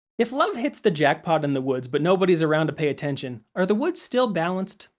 if love hits the jackpot in the woods but nobody's around to pay attention, are the woods still balanced?